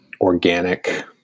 organic